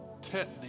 tetany